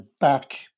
back